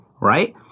Right